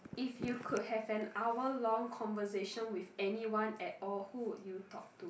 if you could have an hour long conversation with anyone at all who would you talk to